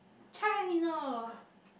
China